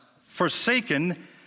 forsaken